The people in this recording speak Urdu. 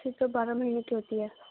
ٹھیک ہے بارہ مہینے کی ہوتی ہے